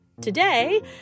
Today